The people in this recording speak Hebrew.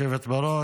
כבוד היושבת בראש,